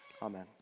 Amen